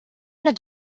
not